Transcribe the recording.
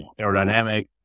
aerodynamic